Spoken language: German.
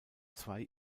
zwei